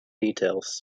details